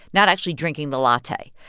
not actually drinking the latte.